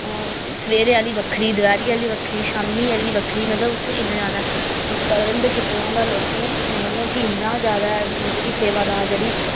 सवेरे आह्ली बक्खरी दपैह्री आह्ली बक्खरी शामी आह्ली बक्खरी मतलब उत्थे इन्ना ज्यादा प्रबंध कीते दा होंदा लोकें मतलब कि इन्ना ज्यादा मतलब कि सेवादार जेह्ड़ी